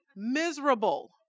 miserable